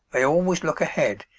they always look ahead,